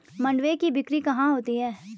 मंडुआ की बिक्री कहाँ होती है?